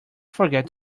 forget